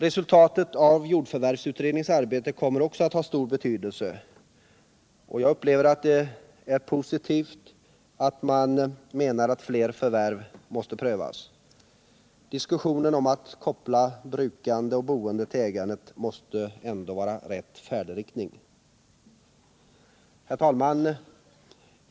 Resultatet av jordförvärvsutredningens arbete kommer också att ha stor betydelse. Jag upplever det som positivt att man menar att fler förvärv måste prövas. Att koppla brukandet och boendet till ägandet måste vara rätt färdriktning. Herr talman!